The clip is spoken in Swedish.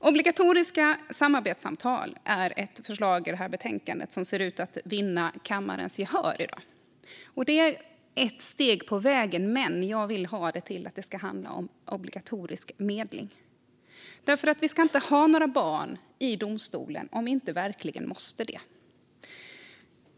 Obligatoriska samarbetssamtal är ett förslag i det här betänkandet som ser ut att vinna kammarens gehör i dag. Det är ett steg på vägen, men jag vill ha det till att det ska handla om obligatorisk medling. Vi ska inte ha några barn i domstolen om vi inte verkligen måste det.